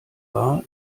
war